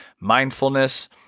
mindfulness